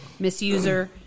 misuser